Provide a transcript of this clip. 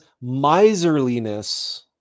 miserliness